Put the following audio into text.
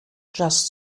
just